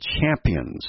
champions